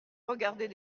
regardez